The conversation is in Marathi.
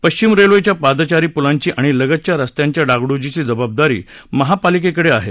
पश्चिम रेल्वेच्या पादचारी पुलारीी आणि लगतच्या रस्त्याच्या डागडुजीची जबाबदारी महापालिकेकडाआहे